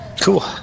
Cool